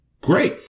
great